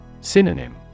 Synonym